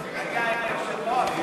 היושב-ראש,